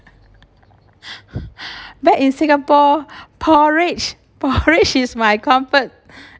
back in singapore porridge porridge is my comfort